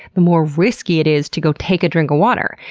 the more risky it is to go take a drink of water,